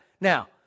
Now